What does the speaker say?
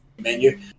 menu